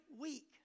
week